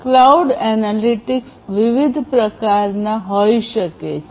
cloud analytics વિવિધ પ્રકારના હોઈ શકે છે